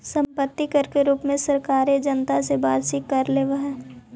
सम्पत्ति कर के रूप में सरकारें जनता से वार्षिक कर लेवेऽ हई